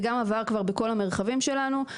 זה גם עבר כבר בכל המרחבים שלנו,